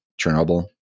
Chernobyl